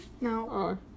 No